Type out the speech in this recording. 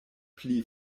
pli